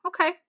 Okay